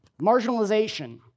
marginalization